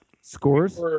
Scores